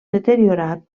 deteriorat